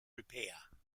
repair